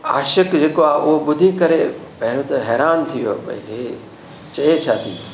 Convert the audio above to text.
आशिक़ु जेको आहे उहा ॿुधी करे पहिरों त हैरानु थियो भई इहे चए छा थी